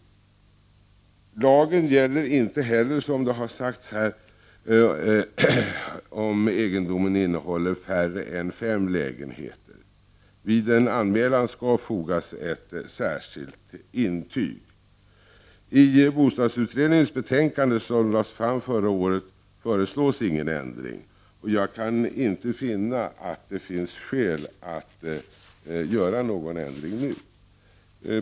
Lagen gäller inte heller, som har sagts här, om egendomen innehåller färre än fem lägenheter. Till en anmälan skall fogas ett intyg. I bostadsutredningens betänkande, som framlades förra året, föreslås ingen ändring, och jag kan inte finna att det finns skäl att göra någon sådan nu.